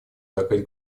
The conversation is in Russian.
закрыть